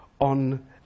on